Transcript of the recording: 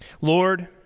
Lord